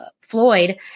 Floyd